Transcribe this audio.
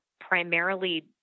primarily